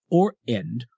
or end,